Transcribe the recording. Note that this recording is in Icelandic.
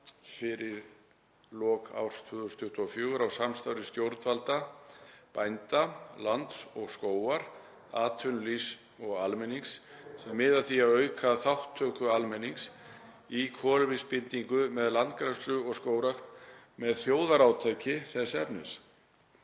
fyrir lok árs 2024 á samstarfi stjórnvalda, bænda, Lands og skógar, atvinnulífs og almennings sem miði að því að auka þátttöku almennings í kolefnisbindingu með landgræðslu og skógrækt með þjóðarátaki þess efnis.“